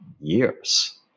years